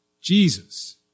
Jesus